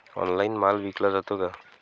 Online माल विकला जातो का?